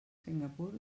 singapur